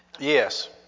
yes